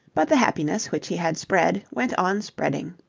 but the happiness which he had spread went on spreading.